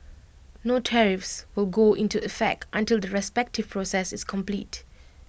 no tariffs will go into effect until the respective process is complete